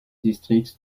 distrikts